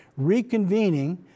reconvening